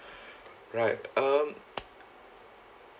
right um